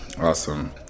awesome